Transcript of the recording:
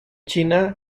china